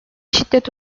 şiddet